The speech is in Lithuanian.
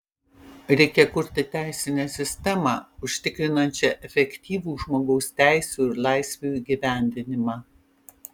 reikia kurti teisinę sistemą užtikrinančią efektyvų žmogaus teisių ir laisvių įgyvendinimą